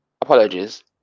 apologies